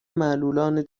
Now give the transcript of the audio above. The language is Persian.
معلولان